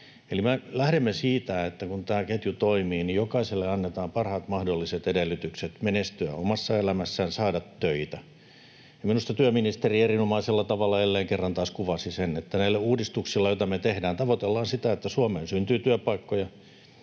Eli me lähdemme siitä, että kun tämä ketju toimii, jokaiselle annetaan parhaat mahdolliset edellytykset menestyä omassa elämässään ja saada töitä. Minusta työministeri erinomaisella tavalla jälleen kerran taas kuvasi sen, että näillä uudistuksilla, joita me tehdään, tavoitellaan sitä, että Suomeen syntyy työpaikkoja,